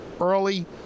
early